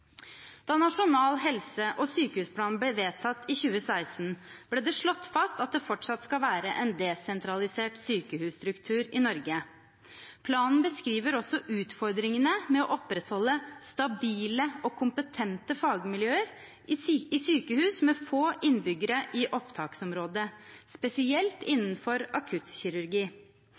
Da Nasjonal helse- og sykehusplan ble vedtatt i 2016, ble det slått fast at det fortsatt skal være en desentralisert sykehusstruktur i Norge. Planen beskriver også utfordringene med å opprettholde stabile og kompetente fagmiljøer i sykehus med få innbyggere i opptaksområdet, spesielt innenfor akuttkirurgi.